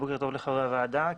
בוקר טוב לחברי הוועדה.